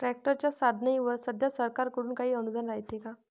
ट्रॅक्टरच्या साधनाईवर सध्या सरकार कडून काही अनुदान रायते का?